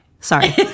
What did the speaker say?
sorry